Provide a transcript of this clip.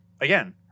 again